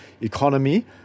economy